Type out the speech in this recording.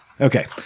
Okay